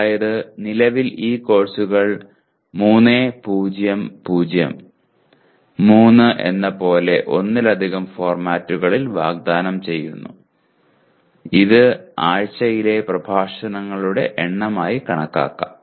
അതായത് നിലവിൽ ഈ കോഴ്സുകൾ 3 0 0 3 എന്നപോലെ ഒന്നിലധികം ഫോർമാറ്റുകളിൽ വാഗ്ദാനം ചെയ്യുന്നു ഇത് ആഴ്ചയിലെ പ്രഭാഷണങ്ങളുടെ എണ്ണമായി കണക്കാക്കാം